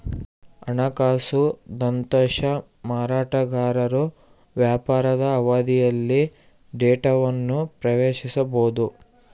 ಹಣಕಾಸು ದತ್ತಾಂಶ ಮಾರಾಟಗಾರರು ವ್ಯಾಪಾರದ ಅವಧಿಯಲ್ಲಿ ಡೇಟಾವನ್ನು ಪ್ರವೇಶಿಸಬೊದು